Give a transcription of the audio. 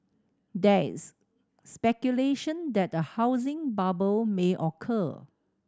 that's speculation that a housing bubble may occur